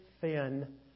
thin